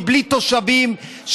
בלי תושבים,